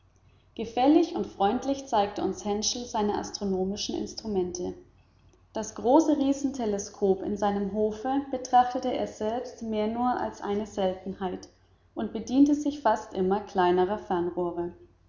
gefällig und freundlich zeigte uns herschel seine astronomischen instrumente das große riesen teleskop in seinem hofe betrachtete er selbst mehr nur als eine seltenheit und bediente sich fast immer kleinerer